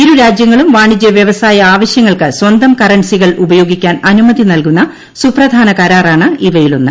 ഇരു രാജ്യങ്ങളും വാണിജൃ വൃവസായ ആവശ്യങ്ങൾക്ക് സ്വന്തം കറൻസികൾ ഉപയോഗിക്കാൻ അനുമതി നൽകുന്ന സുപ്രധാന കരാറാണ് ഇവയിലൊന്ന്